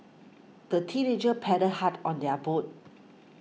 the teenagers paddled hard on their boat